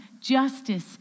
justice